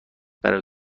برای